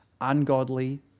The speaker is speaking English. ungodly